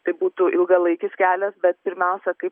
tai būtų ilgalaikis kelias bet pirmiausia kaip